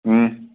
अं